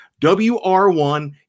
WR1